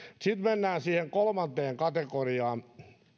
sitten mennään siihen kolmanteen kategoriaan